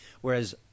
Whereas